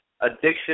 Addiction